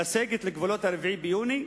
לסגת לגבולות 4 ביוני,